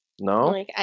No